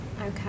Okay